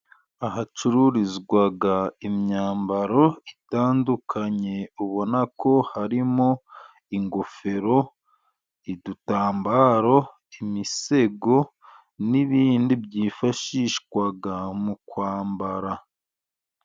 Ahacururizwa imyambaro itandukanye ubona ko harimo: ingofero ,udutambaro, imisego n'ibindi byifashishwa mu kwambara.